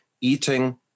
eating